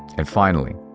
and finally,